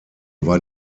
war